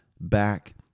back